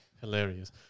hilarious